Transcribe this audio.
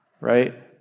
right